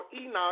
Enoch